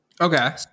Okay